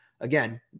again